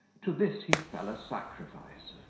to this he fell a sacrifice,